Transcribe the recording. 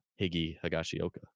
Higgy-Higashioka